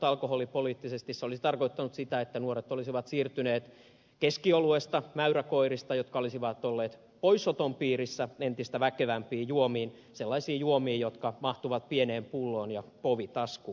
se olisi tarkoittanut sitä että nuoret olisivat siirtyneet keskioluesta mäyräkoirista jotka olisivat olleet poisoton piirissä entistä väkevämpiin juomiin sellaisiin juomiin jotka mahtuvat pieneen pulloon ja povitaskuun